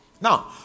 Now